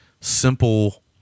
simple